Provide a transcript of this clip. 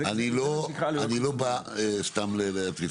אני לא בא סתם להתריס,